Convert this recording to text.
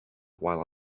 while